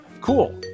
Cool